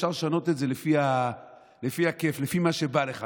אפשר לשנות את זה לפי הכיף, לפי מה שבא לך.